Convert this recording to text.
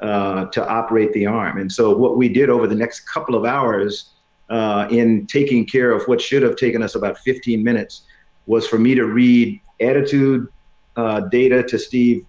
to operate the arm. and so what we did over the next couple of hours in taking care of what should have taken us about fifteen minutes was for me to read attitude data to steve,